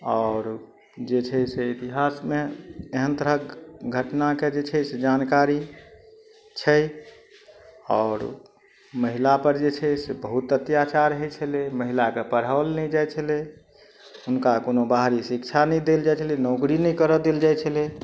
आओर जे छै से इतिहासमे एहन तरहक घटनाके जे छै से जानकारी छै आओर महिलापर जे छै से बहुत अत्याचार होइ छलै महिलाके पढ़ाओल नहि जाइ छलै हुनका कोनो बाहरी शिक्षा नहि देल जाइ छलै नौकरी नहि करऽ देल जाइ छलै